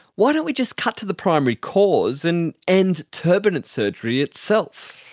why don't we just cut to the primary cause and end turbinate surgery itself?